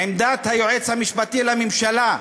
עמדת היועץ המשפטי לממשלה,